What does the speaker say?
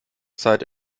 zeit